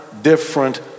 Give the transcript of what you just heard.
different